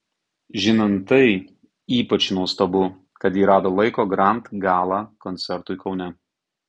žinant tai ypač nuostabu kad ji rado laiko grand gala koncertui kaune